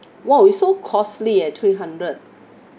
!wow! it's so costly eh three hundred